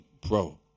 Bro